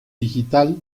digital